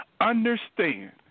understand